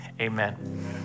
Amen